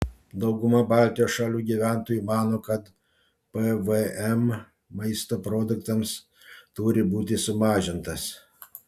dauguma baltijos šalių gyventojų mano kad pvm maisto produktams turi būti sumažintas